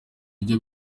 uburyo